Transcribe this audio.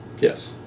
Yes